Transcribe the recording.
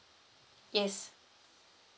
yes